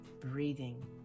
breathing